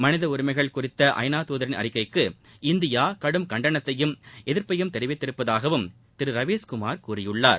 மனித உரிமைகள் குறித்த ஐநா தூதரின் அறிக்கைக்கு இந்தியா கடும் கண்டனத்தையும் எதிர்ப்பையும் தெரிவித்துள்ளதாகவும் திரு ரவீஸ்குமார் கூறியுள்ளார்